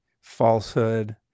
falsehood